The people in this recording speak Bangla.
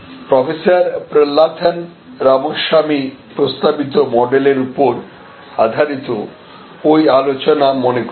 প্রফেসর প্রল্লাথন রামস্বামী প্রস্তাবিত মডেলের ওপর আধারিত ওই আলোচনা মনে করুন